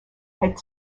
had